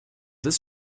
ist